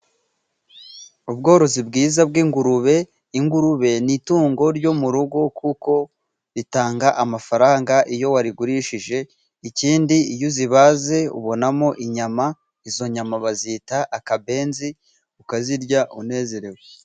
Ubworozi bwiza bw'ingurube. Ingurube ni itungo ryo mu rugo kuko ritanga amafaranga iyo warigurishije. Ikindi iyo uzibaze ubonamo inyama. Izo nyama bazita akabenzi ukazirya unezerewe.